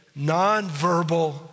nonverbal